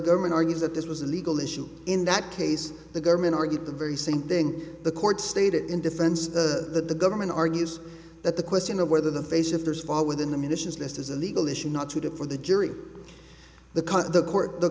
government argues that this was a legal issue in that case the government argued the very same thing the court stated in defense of the government argues that the question of whether the face if there's a fall within the munitions list is a legal issue not to do for the jury the cause of the court the